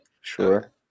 Sure